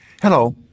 Hello